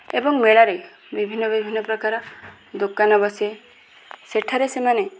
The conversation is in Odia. ଏବଂ ମେଳାରେ ବିଭିନ୍ନ ବିଭିନ୍ନପ୍ରକାର ଦୋକାନ ବସେ ସେଠାରେ ସେମାନେ